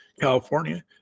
California